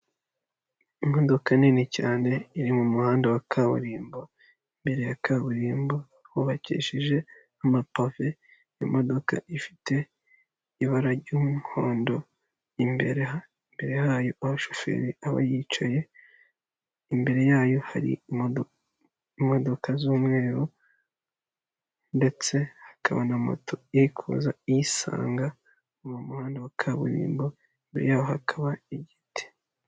Imodoka nini cyane iri mu muhanda wa kaburimbo, imbere ya kaburimbo hubakishije amapave, imodoka ifite ibara ry'umuhondo, imbere mbere hayo aho umushoferi aba yicaye, imbere yayo hari imodoka imodoka z'umweru, ndetse hakaba na moto irikuza iyisanga mu muhanda wa kaburimbo mbere yaho hakaba igiti.